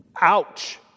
Ouch